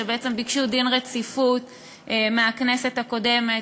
שבעצם ביקשו דין רציפות מהכנסת הקודמת,